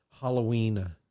Halloween